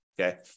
okay